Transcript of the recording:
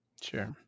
Sure